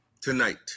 Tonight